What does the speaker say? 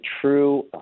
true